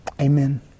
amen